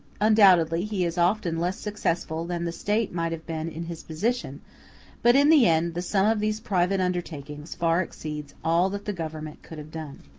undoubtedly he is often less successful than the state might have been in his position but in the end the sum of these private undertakings far exceeds all that the government could have done.